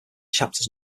chapters